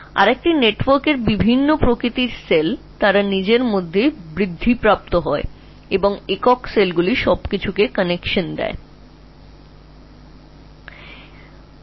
যত তারা বাড়তে থাকে একাধিক ধরণের কোষগুলি নিজেদের মধ্যে অন্য নেটওয়ার্ক তৈরি করে এবং একক কোষগুলি সমস্ত কিছুর মধ্যে সংযোগ স্থাপন করে